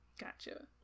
Gotcha